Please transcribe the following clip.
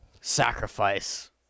sacrifice